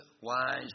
wise